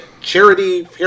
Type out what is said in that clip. charity